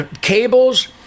cables